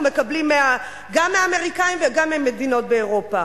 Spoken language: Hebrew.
מקבלים גם מהאמריקנים וגם ממדינות באירופה,